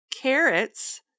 Carrots